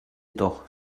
doch